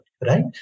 right